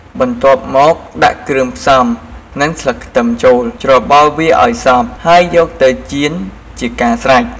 បន្ទាប់មក ដាក់គ្រឿងផ្សំ និងស្លឹកខ្ទឹមចូល ច្របល់វាឱ្យសព្វហើយយកទៅចៀនជាការស្រេច។